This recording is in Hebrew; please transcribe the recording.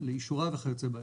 אישורה וכיוצא באלה.